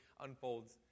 unfolds